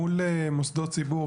מול מוסדות ציבור,